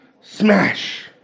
Smash